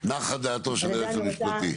נחה דעתו של היועץ המשפטי.